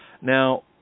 Now